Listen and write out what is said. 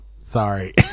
sorry